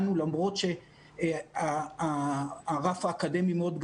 למרות שהרף האקדמי אצלנו מאוד גבוה,